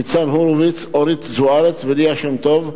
ניצן הורוביץ, אורית זוארץ וליה שמטוב.